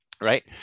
right